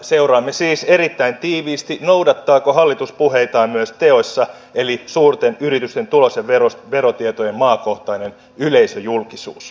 seuraamme siis erittäin tiiviisti noudattaako hallitus puheitaan myös teoissa eli suurten yritysten tulos ja verotietojen maakohtaisessa yleisöjulkisuudessa